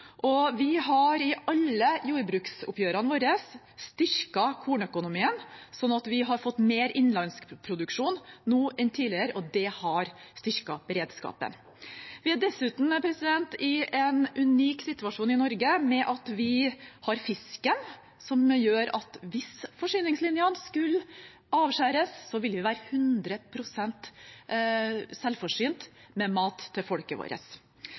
Vi har i alle jordbruksoppgjørene våre styrket kornøkonomien, sånn at vi har fått mer innenlandsk produksjon nå enn tidligere, og det har styrket beredskapen. Vi er dessuten i en unik situasjon i Norge med at vi har fisken, som gjør at hvis forsyningslinjene skulle avskjæres, ville vi være 100 pst. selvforsynt med mat til folket vårt.